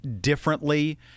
differently